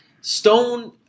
Stone